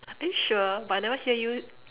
are you sure but I never hear you